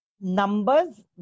numbers